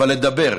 אבל לדבר.